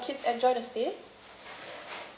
great so all of your kids enjoyed the stay